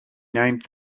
named